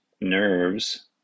nerves